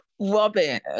Robin